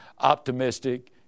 optimistic